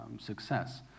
success